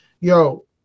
Yo